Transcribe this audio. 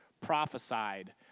prophesied